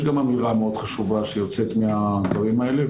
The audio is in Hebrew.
יש גם אמירה מאוד חשובה שיוצאת מהדברים האלה,